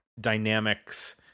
dynamics